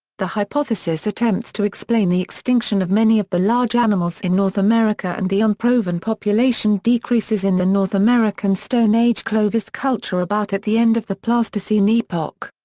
the hypothesis attempts to explain the extinction of many of the large animals in north america and the unproven population decreases in the north american stone age clovis culture about at the end of the pleistocene epoch.